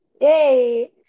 yay